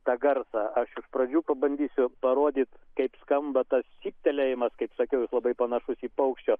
tą garsą aš iš pradžių pabandysiu parodyt kaip skamba tas čyptelėjimas kaip sakiau jis labai panašus į paukščio